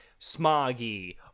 smoggy